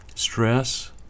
Stress